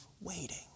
waiting